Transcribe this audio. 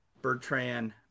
Bertrand